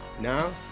Now